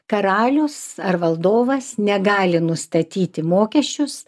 karalius ar valdovas negali nustatyti mokesčius